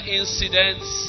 incidents